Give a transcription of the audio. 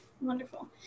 Wonderful